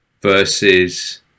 versus